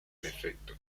efecto